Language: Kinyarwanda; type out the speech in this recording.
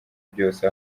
byose